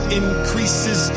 increases